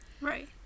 Right